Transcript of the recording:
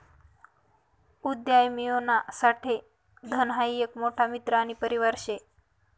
उदयमियोना साठे धन हाई एक मोठा मित्र आणि परिवार शे